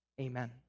Amen